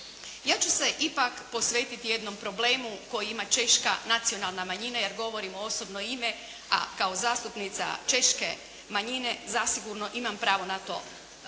Ja ću se ipak posvetiti jednom problemu koji ima Češka nacionalna manjina jer govorim u osobno ime, a kao zastupnica Češke manjine zasigurno imam pravo na to